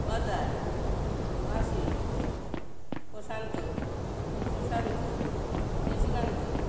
Ajay Asim Prashant Sushant Nishikanta